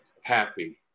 happy